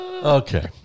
Okay